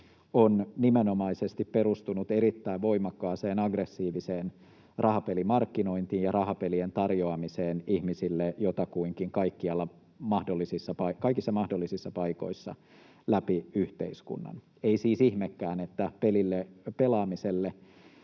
on nimenomaisesti perustunut erittäin voimakkaaseen, aggressiiviseen rahapelimarkkinointiin ja rahapelien tarjoamiseen ihmisille jotakuinkin kaikissa mahdollisissa paikoissa läpi yhteiskunnan. Ei siis ihmekään, että pelaamiselle